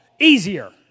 easier